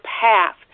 path